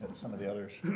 some of the others.